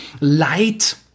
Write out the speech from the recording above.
light